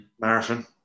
marathon